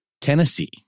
Tennessee